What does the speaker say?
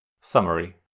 Summary